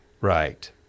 Right